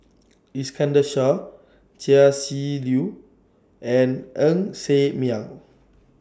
Iskandar Shah Chia Shi Lu and Ng Ser Miang